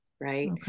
right